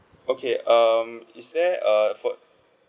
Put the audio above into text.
okay um is there a for